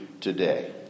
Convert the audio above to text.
today